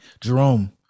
Jerome